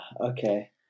Okay